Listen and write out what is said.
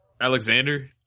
Alexander